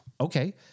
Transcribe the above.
okay